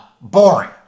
Boring